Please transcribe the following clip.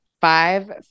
five